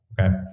okay